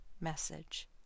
message